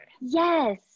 Yes